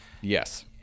Yes